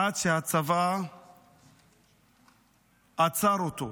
עד שהצבא עצר אותו.